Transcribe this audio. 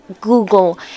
google